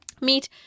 meet